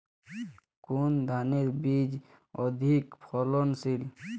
কোন ধানের বীজ অধিক ফলনশীল?